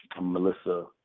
Melissa